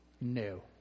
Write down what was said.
No